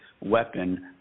weapon